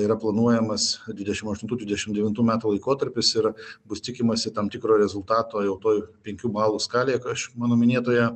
yra planuojamas dvidešimt aštuntų dvidešimt devintų metų laikotarpis ir bus tikimasi tam tikro rezultato jau tuoj penkių balų skalė kas mano minėtoje